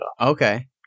Okay